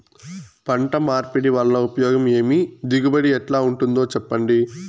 పంట మార్పిడి వల్ల ఉపయోగం ఏమి దిగుబడి ఎట్లా ఉంటుందో చెప్పండి?